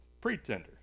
pretender